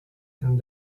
and